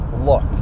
look